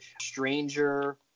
Stranger